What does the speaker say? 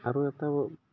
আৰু এটা